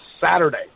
Saturday